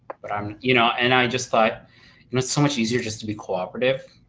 but i'm you know and i just thought you know so much easier just to be cooperative,